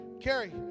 Carrie